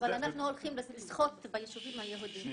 אבל אנחנו הולכים לשחות ביישובים היהודיים.